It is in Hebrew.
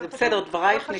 זה בסדר, דברייך נשמעים.